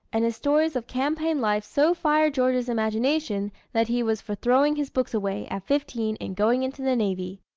and his stories of campaign life so fired george's imagination that he was for throwing his books away, at fifteen, and going into the navy.